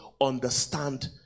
understand